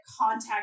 contact